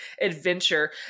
adventure